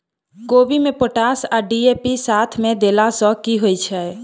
कोबी मे पोटाश आ डी.ए.पी साथ मे देला सऽ की होइ छै?